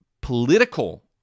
political